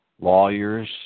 Lawyers